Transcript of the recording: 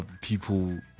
people